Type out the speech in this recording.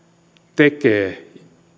tekee